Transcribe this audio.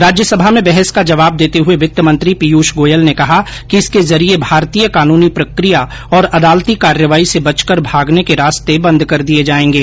राज्यसमा में बहस का जवाब देते हुए वित्त मंत्री पीयूष गोयल ने कहा कि इसके जरिए भारतीय कानूनी प्रक्रिया और अदालती कार्रवाई से बचकर भागने के रास्ते बंद कर दिए जाएंगे